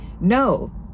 No